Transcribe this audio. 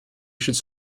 should